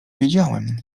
wiedziałem